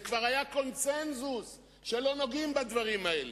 זה כבר היה קונסנזוס שלא נוגעים בדברים האלה.